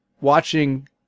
watching